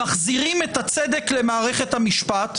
"מחזירים את הצדק למערכת המשפט",